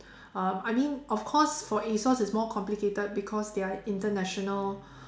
uh I mean of course for A_S_O_S it's more complicated because they are international